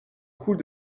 coup